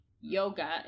yoga